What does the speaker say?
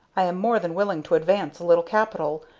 i am more than willing to advance a little capital,